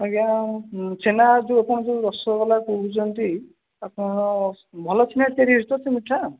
ଆଜ୍ଞା ଛେନା ଯେଉଁ ଆପଣ ଯେଉଁ ରସଗୋଲା କହୁଛନ୍ତି ଆପଣ ଭଲ ଛେନାରେ ତିଆରି ହେଇଛି ତ ସେ ମିଠା